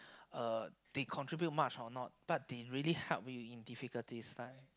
uh they contribute much or not but they really help you in difficulties time